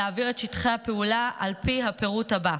להעביר את שטחי הפעולה על פי הפירוט הזה: